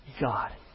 God